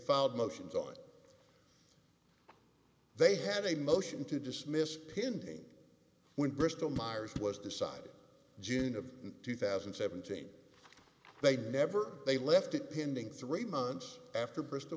filed motions on they have a motion to dismiss pinning when bristol myers was decided june of two thousand and seventeen they never they left it pending three months after bristol